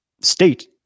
state